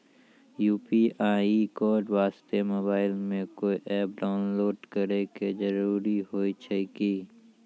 UPI code वास्ते mobile मे कोय एप्प डाउनलोड करे के जरूरी होय छै की?